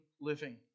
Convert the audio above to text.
living